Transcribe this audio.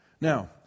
Now